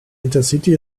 intercity